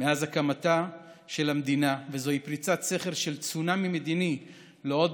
מאז הקמתה של המדינה וזוהי פריצת סכר של צונאמי מדיני לעוד